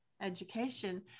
education